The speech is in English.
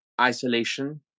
isolation